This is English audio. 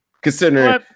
considering